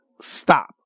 stop